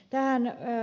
tähän ed